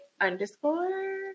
underscore